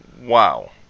Wow